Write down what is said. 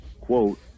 quote